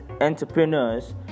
entrepreneurs